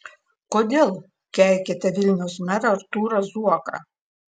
kodėl keikiate vilniaus merą artūrą zuoką